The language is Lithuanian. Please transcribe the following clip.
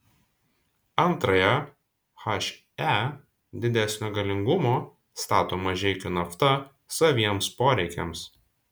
antrąją he didesnio galingumo stato mažeikių nafta saviems poreikiams